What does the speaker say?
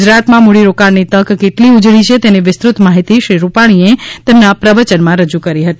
ગુજરાતમાં મૂડીરોકાણની તક કેટલી ઊજળી છે તેની વિસ્તૃત માહિતી શ્રી રૂપાણીએ તેમના પ્રવચનમાં રજૂ કરી હતી